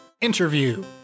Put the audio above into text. Interview